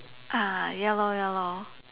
ah ya lor ya lor